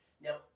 Now